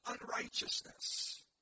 unrighteousness